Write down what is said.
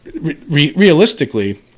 realistically